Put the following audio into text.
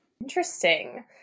Interesting